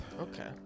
Okay